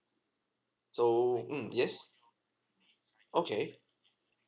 so mm yes okay